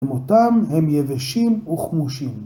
כמותם הם יבשים וכמושים.